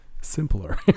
simpler